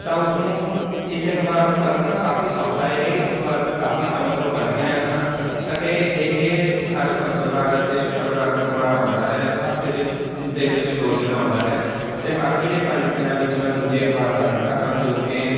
ਤਾਂ ਉਸਨੂੰ ਇਸ ਅਖ਼ਬਾਰ ਨੂੰ ਪੜ੍ਹਨਾ ਕਾਫ਼ੀ ਸੌਖਾ ਇਹ ਅਖ਼ਬਾਰ ਮੈਂ ਕਾਫ਼ੀ ਸਮੇਂ ਤੋਂ ਪੜ੍ਹ ਰਿਹਾ ਹਾਂ ਅਤੇ ਇਹ ਹਰ ਮੰਗਲਵਾਰ ਅਤੇ ਸ਼ੁੱਕਰਵਾਰ ਨੂੰ ਅਖ਼ਬਾਰ ਆਉਂਦਾ ਹੈ ਹਫ਼ਤੇ ਦੇ ਵਿ ਦੇ ਵਿੱਚ ਦੋ ਦਿਨ ਆਉਂਦਾ ਹੈ ਅਤੇ ਬਾਕੀ ਦੇ ਪੰਜ ਦਿਨਾਂ ਵਿੱਚ ਮੈਂ ਦੂਜੇ ਅਖ਼ਬਾਰ ਪੜ੍ਹਦਾ ਹਾਂ ਜੋ ਕਿ